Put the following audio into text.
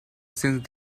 since